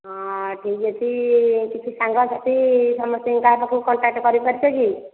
ହଁ ଠିକ୍ ଅଛି କିଛି ସାଙ୍ଗ ସାଥି ସମସ୍ତଙ୍କୁ କାହା ପାଖକୁ କଣ୍ଟାକ୍ଟ କରି ପାରିଛ କି